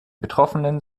betroffenen